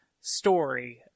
story